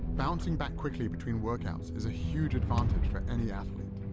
bouncing back quickly between workouts is a huge advantage for any athlete.